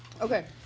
Okay